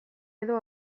edo